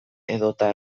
edota